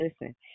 listen